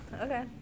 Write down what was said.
okay